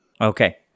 Okay